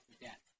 death